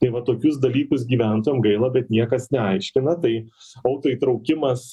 tai va tokius dalykus gyventojam gaila bet niekas neaiškina tai autoįtraukimas